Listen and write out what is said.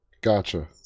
Gotcha